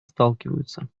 сталкиваются